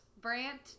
Brant